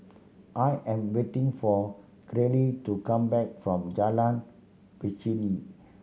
I am waiting for Caryl to come back from Jalan Pacheli